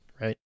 right